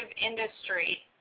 industry